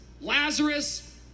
Lazarus